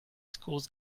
schools